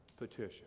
petition